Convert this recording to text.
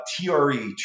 TRE